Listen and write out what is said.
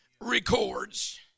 records